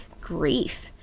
grief